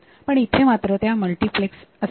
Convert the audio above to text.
परंतु इथे मात्र त्या मल्टिप्लेक्स असतात